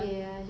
mm